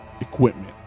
equipment